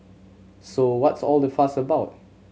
so what's all the fuss about